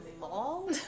mall